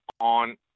on